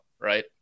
Right